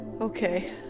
Okay